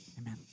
Amen